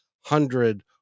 hundred